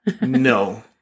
no